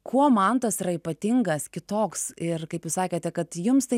kuo mantas yra ypatingas kitoks ir kaip jūs sakėte kad jums tai